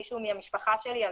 מישהו מהמשפחה שלי,